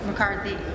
McCarthy